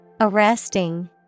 Arresting